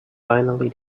finally